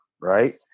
right